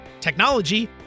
technology